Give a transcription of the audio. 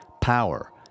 power